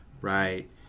right